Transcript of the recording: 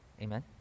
Amen